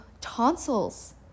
tonsils